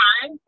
time